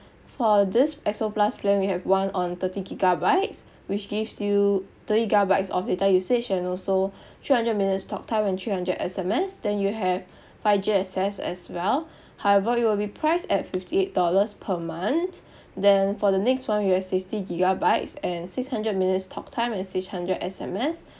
for this X O plus plan we have one on thirty gigabytes which gives you thirty gigabytes of data usage and also three hundred minutes talktime and three hundred S_M_S then you have five G access as well however it will be priced at fifty eight dollars per month then for the next one we have sixty gigabytes and six hundred minutes talktime and six hundred S_M_S